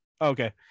Okay